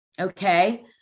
okay